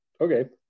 okay